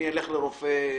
אני אלך לרופא אחר,